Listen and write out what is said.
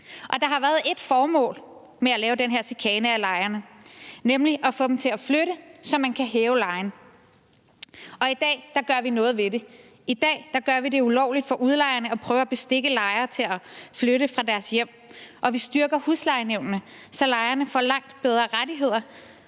Der har været ét formål med at lave den her chikane af lejerne, nemlig at få dem til at flytte, så man kunne hæve lejen. Men i dag gør vi noget ved det, i dag gør vi det ulovligt for udlejerne at prøve at bestikke lejere til at flytte fra deres hjem, og vi styrker huslejenævnene, så lejerne får langt bedre rettigheder,